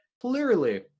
clearly